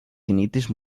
genetisch